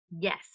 Yes